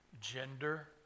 gender